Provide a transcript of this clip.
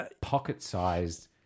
pocket-sized